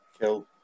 kill